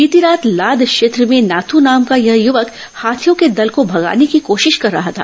बीती रात लाद क्षेत्र में नाथू नाम का यह युवक हाथियों के दल को भगाने की कोशिश कर रहा था